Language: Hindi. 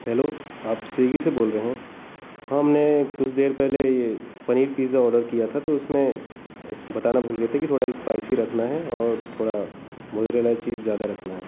हेलो आप स्विगी से बोल रहे हैं हमने कुछ देर पहले यह पनीर पीज़ा ऑडर किया था तो उसमें बताना भूल गए थे कि थोड़ा स्पाइसी रखना है और थोड़ा मोज़रेला चीज़ ज़्यादा रखना है